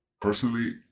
personally